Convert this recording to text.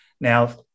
Now